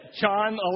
John